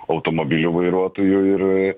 automobilių vairuotojų ir